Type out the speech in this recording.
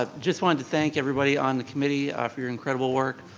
ah just wanted to thank everybody on the committee ah for your incredible work.